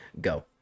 go